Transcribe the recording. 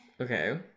Okay